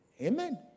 Amen